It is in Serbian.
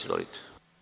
Izvolite.